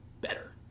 better